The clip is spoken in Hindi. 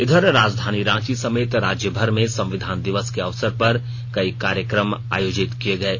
इधर राजधानी रांची समेत राज्यभर में संविधान दिवस के अवसर पर कई कार्यक्रम आयोजित किये गये